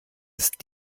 ist